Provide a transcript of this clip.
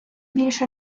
більше